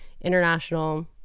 international